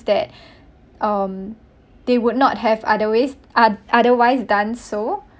that um they would not have other ways uh otherwise done so